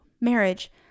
marriage